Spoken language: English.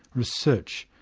research,